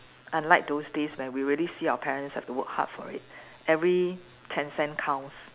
unlike those days when we really see our parents have to work hard for it every ten cent counts